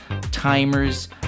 timers